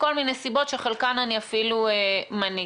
מכל מיני סיבות שחלקן אני אפילו מניתי.